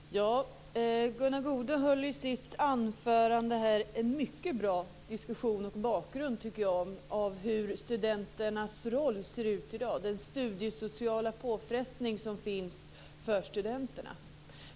Fru talman! Gunnar Goude förde i sitt anförande en mycket bra diskussion och gav en mycket bra bild av den studiesociala påfrestning som studenterna i dag är utsatta för.